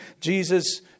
Jesus